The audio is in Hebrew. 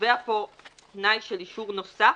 שקובע פה תנאי של אישור נוסף,